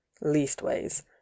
leastways